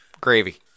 Gravy